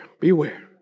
beware